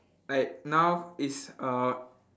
like now it's a